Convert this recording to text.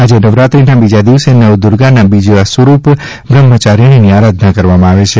આજ નવરાત્રીના બીજા દિવસે નવદુર્ગાના બીજું સ્વરૂપ બ્રહ્મચારીણીની આરાધના કરવામાં આવે છે